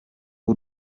w’u